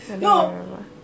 No